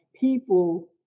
people